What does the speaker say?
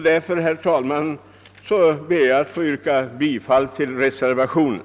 Därför, herr talman, ber jag att få yrka bifall till reservationen.